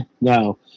no